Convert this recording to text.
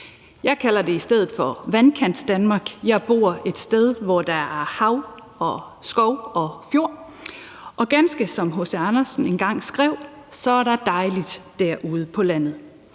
Jeg kalder det i stedet for Vandkantsdanmark, for jeg bor et sted, hvor der er hav, skov og en fjord, og der er – ganske ligesom H.C. Andersen engang også skrev det – dejligt derude på landet.